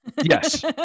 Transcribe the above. yes